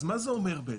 אז מה זה אומר בעצם?